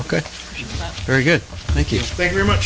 ok very good thank you very much